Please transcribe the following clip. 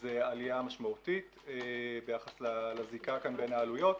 שזה עלייה משמעותית ביחס לזיקה כאן בין העלויות,